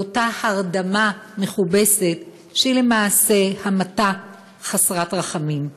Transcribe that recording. לאותה הרדמה מכובסת, שהיא למעשה המתה חסרת רחמים.